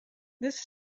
this